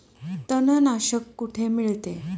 तणनाशक कुठे मिळते?